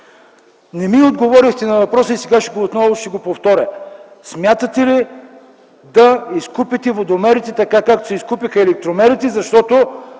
Не ми отговорихте на въпроса и сега отново ще го повторя: смятате ли да изкупите водомерите, така както се изкупиха електромерите? Това